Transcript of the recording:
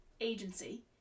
agency